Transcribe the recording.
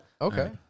Okay